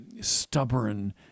stubborn